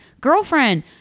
girlfriend